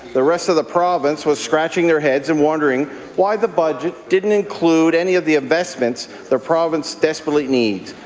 the rest of the province was scratching their heads and wondering why the budget didn't include any of the investments that the province desperately needs.